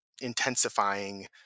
intensifying